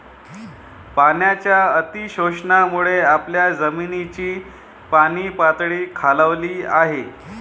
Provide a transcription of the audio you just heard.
पाण्याच्या अतिशोषणामुळे आपल्या जमिनीची पाणीपातळी खालावली आहे